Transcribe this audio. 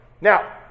Now